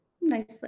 nicely